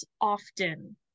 often